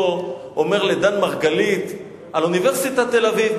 אומר לדן מרגלית על אוניברסיטת תל-אביב,